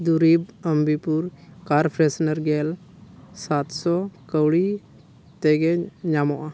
ᱫᱩᱨᱤᱵ ᱟᱢᱵᱤᱯᱩᱨ ᱠᱟᱨ ᱯᱷᱨᱥᱱᱟᱨ ᱜᱮᱞ ᱥᱟᱛᱥᱚ ᱠᱟᱹᱣᱰᱤ ᱛᱮᱜᱮᱧ ᱧᱟᱢᱚᱜᱼᱟ